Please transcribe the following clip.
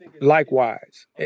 likewise